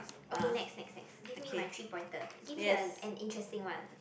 okay next next next give me my three pointer give me a an interesting one